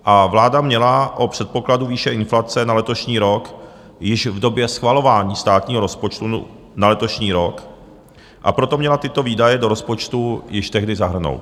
A vláda měla o předpokladu výše inflace na letošní rok již v době schvalování státního rozpočtu na letošní rok, a proto měla tyto výdaje do rozpočtu již tehdy zahrnout.